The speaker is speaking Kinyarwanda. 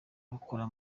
rukora